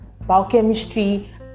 biochemistry